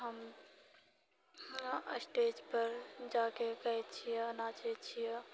हम स्टेज पर जाकऽ गाइ छिऐ नाचै छिऐ